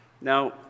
now